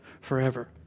forever